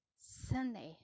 Sunday